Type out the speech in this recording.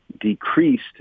decreased